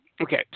okay